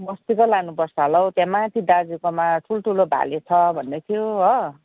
बस्तीकै लानुपर्छ होला हौ त्यहाँ माथि दाजुकोमा ठुल्ठुलो भाले छ भन्दै थियो हो